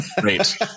Great